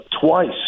twice